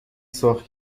سرخ